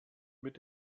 mit